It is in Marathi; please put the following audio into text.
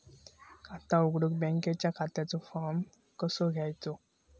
खाता उघडुक बँकेच्या खात्याचो फार्म कसो घ्यायचो?